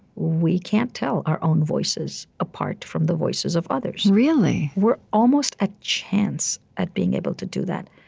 we can't tell our own voices apart from the voices of others really? we're almost at chance at being able to do that.